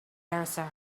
answer